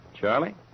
Charlie